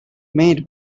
made